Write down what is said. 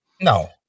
No